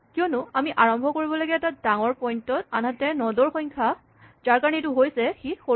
কিয়নো আমি আৰম্ভ কৰিব লাগে এটা ডাঙৰ পইন্ট ত আনহাতে নড ৰ সংখ্যা যাৰ কাৰণে এইটো হৈছে সি সৰু